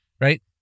Right